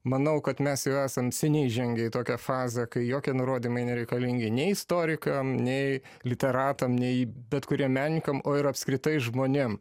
manau kad mes jau esant seniai žengę į tokią fazę kai jokie nurodymai nereikalingi nei istorikam nei literatam nei bet kuriam menininkam o ir apskritai žmonėm